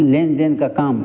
लेन देन का काम